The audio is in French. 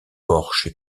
porche